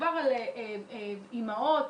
אימהות.